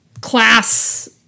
class